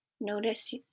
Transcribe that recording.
Notice